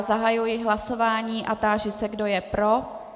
Zahajuji hlasování a táži se, kdo je pro.